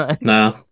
No